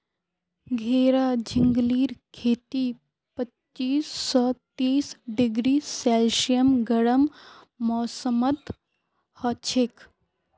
घेरा झिंगलीर खेती पच्चीस स तीस डिग्री सेल्सियस गर्म मौसमत हछेक